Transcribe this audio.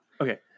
okay